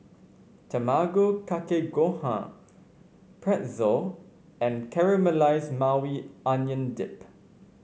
Tamago Kake Gohan Pretzel and Caramelized Maui Onion Dip